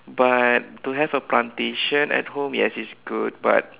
but to have a plantation at home yes it's good but